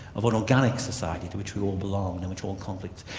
of an organic society to which we all belong, and which all conflicts,